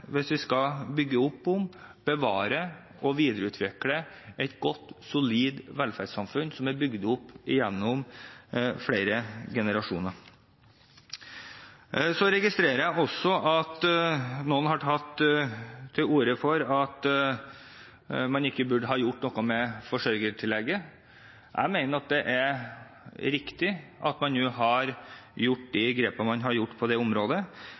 hvis vi skal bygge opp, bevare og videreutvikle et godt, solid velferdssamfunn som er bygd opp gjennom flere generasjoner. Så registrerer jeg også at noen har tatt til orde for at man ikke burde ha gjort noe med forsørgertillegget. Jeg mener det er riktig at man nå har gjort de grepene man har gjort på det området.